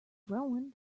growing